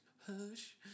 hush